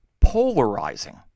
polarizing